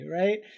right